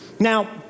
Now